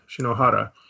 Shinohara